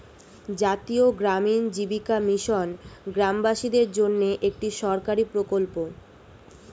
জাতীয় গ্রামীণ জীবিকা মিশন গ্রামবাসীদের জন্যে একটি সরকারি প্রকল্প